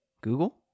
Google